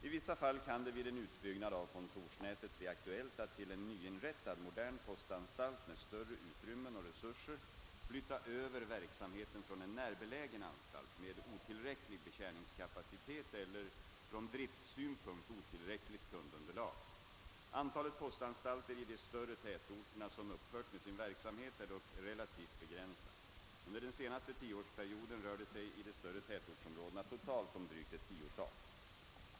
| I vissa fall kan det vid en utbyggnad av kontorsnätet bli aktuellt att till en nyinrättad modern postanstalt med större utrymmen och resurser flytta över verksamheten från en närbelägen anstalt med otillräcklig betjäningskapacitet eller från driftsynpunkt otillräckligt kundunderlag. Antalet postanstalter i de större tätorterna som upphört med sin verksamhet är dock relativt begränsat. Under den senaste tioårsperioden rör det sig i de större tätortsområdena totalt om drygt ett tiotal.